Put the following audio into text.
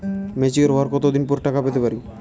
Mature হওয়ার কত দিন পর টাকা পেতে পারি?